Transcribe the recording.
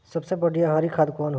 सबसे बढ़िया हरी खाद कवन होले?